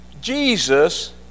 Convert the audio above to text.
Jesus